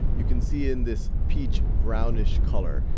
you can see in this peach brownish color,